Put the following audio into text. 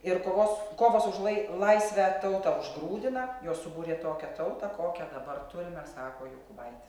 ir kovos kovos už lai laisvę tautą užgrūdina jos subūrė tokią tautą kokią dabar turime sako jokubaitis